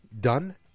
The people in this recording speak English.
done